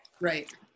right